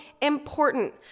important